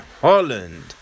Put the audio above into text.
Holland